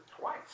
twice